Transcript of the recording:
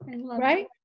right